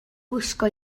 gwisgo